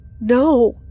No